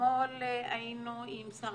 אתמול היינו עם שר